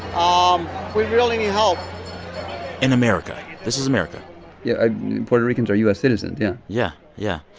um we really need help in america this is america yeah ah puerto ricans are u s. citizens, yeah yeah, yeah.